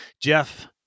Jeff